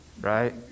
Right